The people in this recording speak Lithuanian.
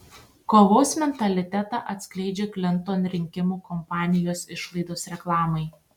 kovos mentalitetą atskleidžia klinton rinkimų kampanijos išlaidos reklamai